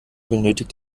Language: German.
benötigt